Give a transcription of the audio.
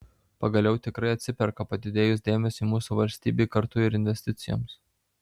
pagaliau tikrai atsiperka padidėjus dėmesiui mūsų valstybei kartu ir investicijoms